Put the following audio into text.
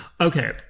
Okay